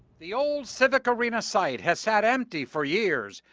the old civic arena site has sat empty for years.